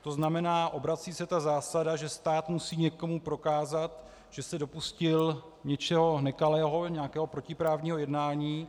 To znamená, obrací se ta zásada, že stát musí někomu prokázat, že se dopustil něčeho nekalého, nějakého protiprávního jednání.